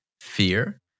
fear